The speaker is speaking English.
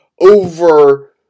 over